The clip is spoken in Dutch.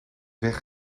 weg